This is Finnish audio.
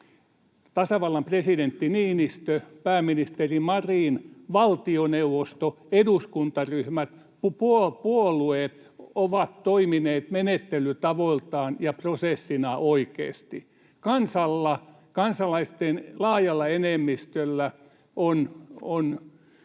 tasavallan presidentti Niinistö, pääministeri Marin, valtioneuvosto, eduskuntaryhmät ja puolueet ovat toimineet menettelytavoiltaan ja prosessissa oikeasti. Kansalla, kansalaisten laajalla enemmistöllä, on